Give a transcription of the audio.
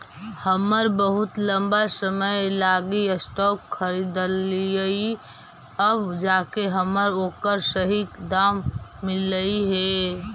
हम बहुत लंबा समय लागी स्टॉक खरीदलिअइ अब जाके हमरा ओकर सही दाम मिललई हे